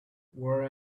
wore